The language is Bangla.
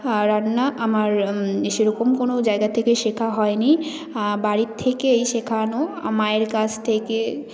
আর রান্না আমার সেরকম কোনও জায়গার থেকে শেখা হয়নি বাড়ির থেকেই শেখানো মায়ের কাছ থেকে